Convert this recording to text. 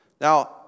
Now